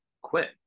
quit